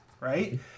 right